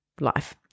life